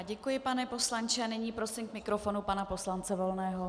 Děkuji, pane poslanče, a nyní prosím k mikrofonu pana poslance Volného.